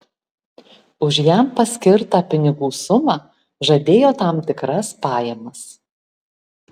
už jam paskirtą pinigų sumą žadėjo tam tikras pajamas